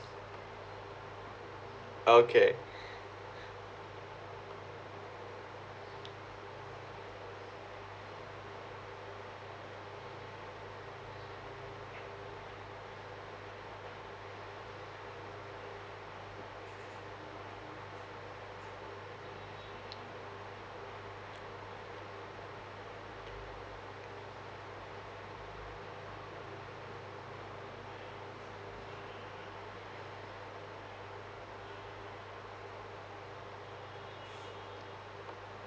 okay